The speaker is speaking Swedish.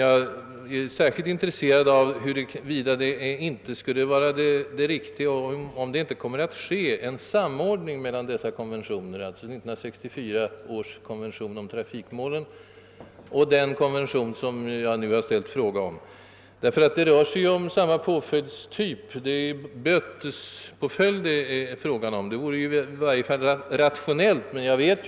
Jag är särskilt intresserad av huruvida det inte skulle vara det riktiga, och om det inte kommer att ske, att man söker åstadkomma en samordning mellan dessa konventioner, alltså 1964 års konvention om trafikmålen och den konvention som jag nu har ställt fråga om. Det rör sig nämligen om samma påföljdstyp; det är bötespåföljd det här gäller. Det vore i varje fall rationellt med en samordning.